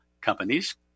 companies